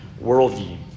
worldview